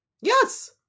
Yes